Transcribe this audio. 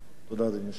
תודה רבה.